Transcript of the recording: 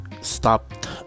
stopped